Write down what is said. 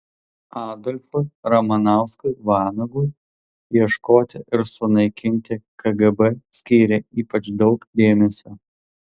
adolfui ramanauskui vanagui ieškoti ir sunaikinti kgb skyrė ypač daug dėmesio